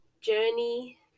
journey